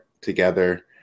together